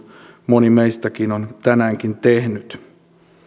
moni meistäkin on tänäänkin tehnyt